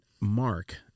Mark